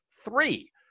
Three